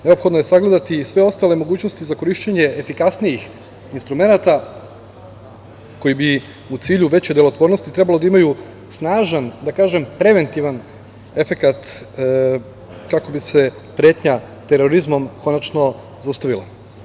Neophodno je sagledati i sve ostale mogućnosti za korišćenje efikasnijih instrumenata koji bi u cilju veće delotvornosti trebalo da imaju snažan, da kažem preventivan efekat kako bi se pretnja terorizmom konačno zaustavila.